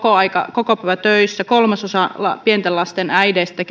kokopäivätöissä kolmasosa pienten lasten äideistä